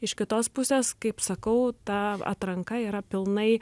iš kitos pusės kaip sakau ta atranka yra pilnai